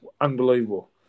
unbelievable